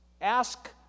Ask